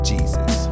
Jesus